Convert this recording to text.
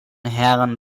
herrn